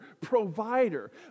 Provider